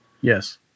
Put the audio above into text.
Yes